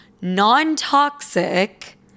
non-toxic